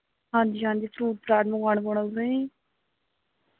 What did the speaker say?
हां जी हां जी फ्रूट फराट मंगोआने पोना तुसें